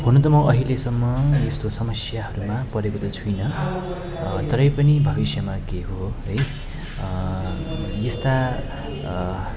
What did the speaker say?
हुन त म अहिलेसम्म यस्तो समस्याहरूमा परेको त छुइनँ तरै पनि भविष्यमा के हो है यस्ता